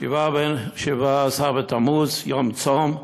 שבעה עשר בתמוז, יום צום,